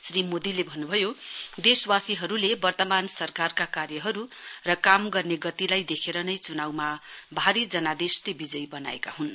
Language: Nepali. श्री मोदीले भन्न भयो देशवासीहरूले वर्तमान सरकारका कार्यहरू काम गर्ने गतिलाई देखेर नै चुनाउमा भारी जनादेशले विजयी बनाएका हुन्